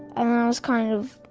i was kind of